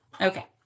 Okay